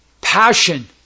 Passion